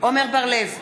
עמר בר-לב,